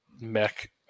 mech